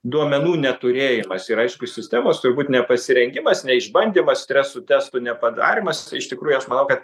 duomenų neturėjimas ir aišku sistemos turbūt nepasirengimas neišbandymas stresų testų nepadarymas iš tikrųjų aš manau kad